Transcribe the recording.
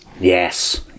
Yes